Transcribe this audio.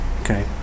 Okay